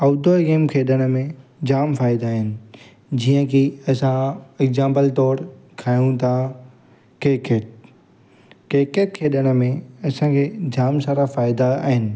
outdoor game खेॾण में जाम फ़ाइदा आहिनि जीअं की असां एक्जाम्पल तौर खयूं था किक्रेट किक्रेट खेॾण में असांखे जाम सारा फ़ाइदा आहिनि